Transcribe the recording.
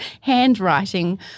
handwriting